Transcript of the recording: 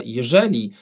jeżeli